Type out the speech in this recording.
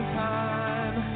time